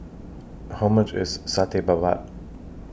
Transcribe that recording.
How much IS Satay Babat